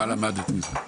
מה למדתם?